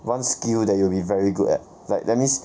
one skill that you will be very good at like that means